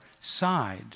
side